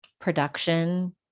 production